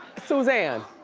suzanne?